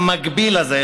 המגביל הזה,